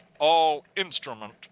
all-instrument